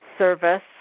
Service